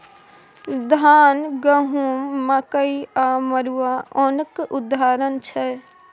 धान, गहुँम, मकइ आ मरुआ ओनक उदाहरण छै